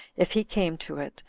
if he came to it,